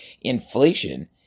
inflation